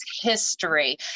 history